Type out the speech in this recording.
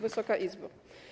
Wysoka Izbo!